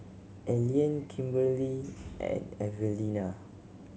Allean Kimberely and Evelina